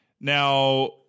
Now